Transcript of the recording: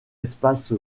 espace